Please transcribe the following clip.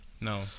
No